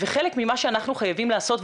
חלק ממה שאנחנו חייבים לעשות,